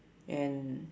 and